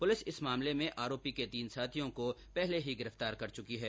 police इस मामले में आरोपी के तीन साथियों को पहले ही गिरफ्तार कर चुकी है